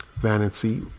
Vanity